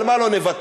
על מה לא נוותר,